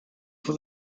for